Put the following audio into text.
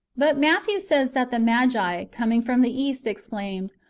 but matthew says, that the magi, coming from the east exclaimed,